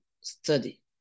study